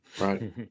right